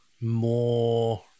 more